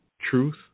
truth